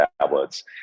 tablets